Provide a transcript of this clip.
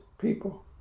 people